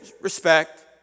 respect